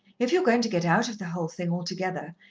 if you're going to get out of the whole thing altogether,